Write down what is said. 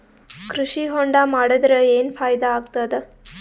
ಕೃಷಿ ಹೊಂಡಾ ಮಾಡದರ ಏನ್ ಫಾಯಿದಾ ಆಗತದ?